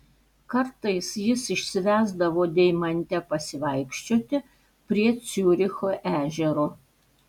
kartais jis išsivesdavo deimantę pasivaikščioti prie ciuricho ežero